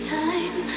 time